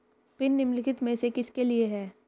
Pin निम्नलिखित में से किसके लिए है?